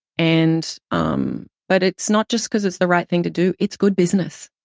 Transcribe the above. and um but it's not just because it's the right thing to do, it's good business.